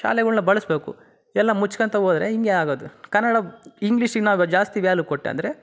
ಶಾಲೆಗಳ್ನ ಬಳಸಬೇಕು ಎಲ್ಲ ಮುಚ್ಕಂತಾ ಹೋದ್ರೆ ಹಿಂಗೆ ಆಗೋದು ಕನ್ನಡ ಇಂಗ್ಲೀಷ್ಗೆ ನಾವು ಜಾಸ್ತಿ ವ್ಯಾಲ್ಯು ಕೊಟ್ಟೆ ಅಂದರೆ